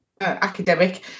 academic